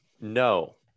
no